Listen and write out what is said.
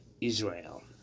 Israel